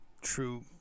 true